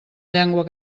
llengua